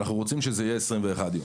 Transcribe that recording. כשאנחנו רוצים שזה יהיה 21 יום.